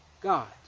God